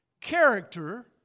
Character